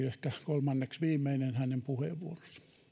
ehkä hänen kolmanneksi viimeinen puheenvuoronsa